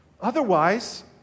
Otherwise